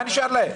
מה נשאר להם?